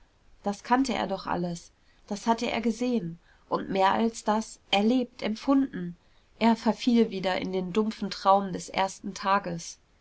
das kannte er doch alles das hatte er gesehen und mehr als das erlebt empfunden er verfiel wieder in den dumpfen traum des ersten tages